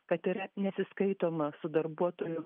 kad yra nesiskaitoma su darbuotojų